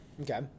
Okay